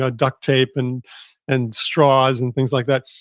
ah duct tape and and straws and things like that,